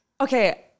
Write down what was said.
okay